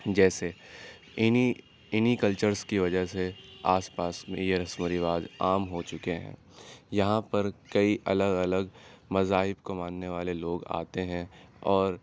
جیسے انہیں انہیں کلچرس کی وجہ سے آس پاس یہ رسم و رواج عام ہو چکے ہیں یہاں پر کئی الگ الگ مذاہب کو ماننے والے لوگ آتے ہیں اور